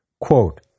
Quote